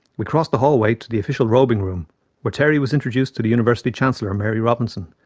we crossed the hallway to the official robing room where terry was introduced to the university chancellor, mary robinson,